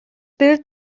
bild